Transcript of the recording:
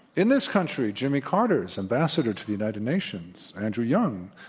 in this country, jimmy carter's ambassador to the united nations, andrew young,